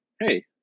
hey